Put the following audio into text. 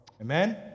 Amen